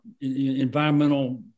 environmental